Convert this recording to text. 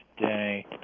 today